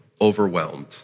overwhelmed